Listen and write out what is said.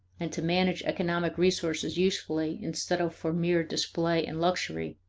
and to manage economic resources usefully instead of for mere display and luxury,